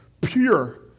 pure